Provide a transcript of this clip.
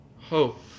hope